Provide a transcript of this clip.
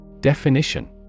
Definition